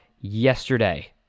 yesterday